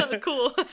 Cool